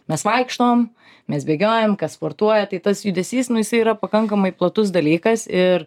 mes vaikštom mes bėgiojam kas sportuoja tai tas judesys nu jisai yra pakankamai platus dalykas ir